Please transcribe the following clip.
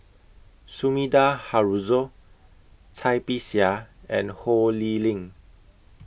Sumida Haruzo Cai Bixia and Ho Lee Ling